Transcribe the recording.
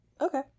Okay